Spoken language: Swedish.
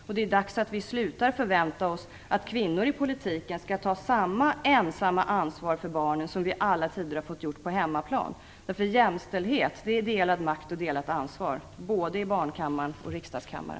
Och det är dags att vi slutar förvänta oss att kvinnor i politiken skall ta samma ensamma ansvar för barnen som vi i alla tider har fått göra på hemmaplan. Jämställdhet är delad makt och delat ansvar, både i barnkammaren och i riksdagens kammare.